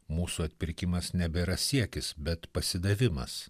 mūsų atpirkimas nebėra siekis bet pasidavimas